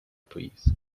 please